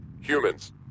Humans